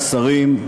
שרים,